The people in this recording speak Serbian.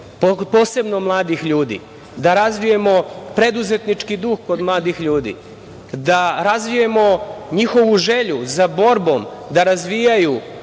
posebno mladih ljudi, da razvijemo preduzetnički duh kod mladih ljudi, da razvijemo njihovu želju za borbom da razvijaju